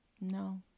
no